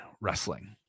wrestling